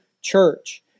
church